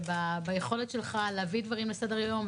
וביכולת שלך להביא דברים לסדר-היום,